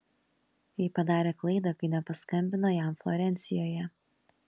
ji padarė klaidą kai nepaskambino jam florencijoje